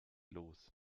los